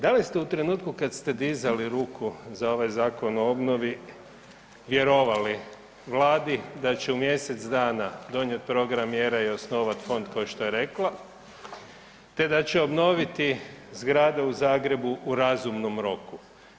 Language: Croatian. Da li ste u trenutku kada ste dizali ruku za ovaj Zakon o obnovi vjerovali Vladi da će u mjesec dana donijeti program mjera i osnovati fond kao što je rekla te da će obnoviti zgrade u Zagrebu u razumnom roku?